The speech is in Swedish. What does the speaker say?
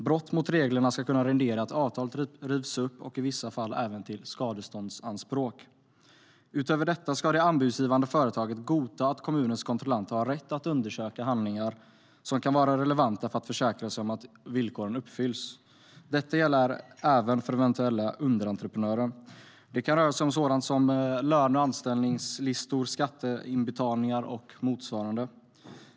Brott mot reglerna ska kunna resultera i att avtalet rivs upp och i vissa fall även i skadeståndsanspråk. Utöver detta ska det anbudsgivande företaget godta att kommunens kontrollanter har rätt att undersöka handlingar som kan vara relevanta för att försäkra sig om att villkoren uppfylls. Detta gäller även för eventuella underentreprenörer. Det kan röra sig om sådant som löne och anställningslistor, skatteinbetalningar och motsvarande.